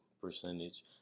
percentage